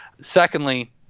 Secondly